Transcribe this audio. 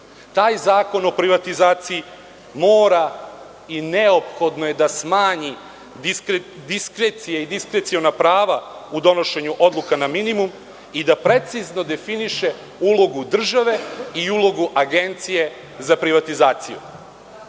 Taj zakon o privatizaciji mora i neophodno je da smanji diskrecije i diskreciona prava u donošenju odluka na minimum i da precizno definiše ulogu države i ulogu Agencije za privatizaciju. Ovde